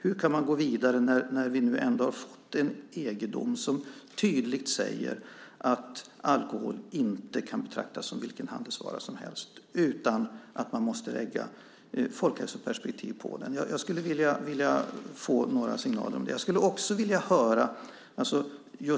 Hur kan man gå vidare när det nu har kommit en EG-dom där det tydligt sägs att alkohol inte kan betraktas som vilken handelsvara som helst utan att man måste ha ett folkhälsoperspektiv på denna fråga? Jag skulle vilja få några signaler om det.